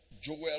Joel